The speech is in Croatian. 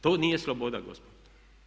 To nije sloboda gospodo!